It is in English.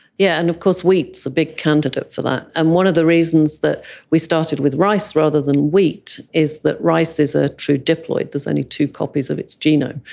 yeah and of course wheat is so a big candidate for that. and one of the reasons that we started with rice rather than wheat is that rice is a true diploid, there's only two copies of its genome,